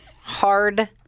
Hard